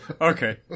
Okay